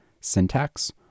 syntax